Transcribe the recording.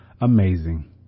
amazing